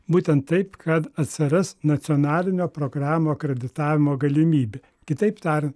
būtent taip kad atsiras nacionalinio programų akreditavimo galimybė kitaip tariant